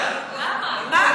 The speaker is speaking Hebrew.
למה?